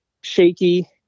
shaky